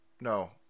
no